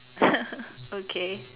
okay